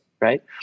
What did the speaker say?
right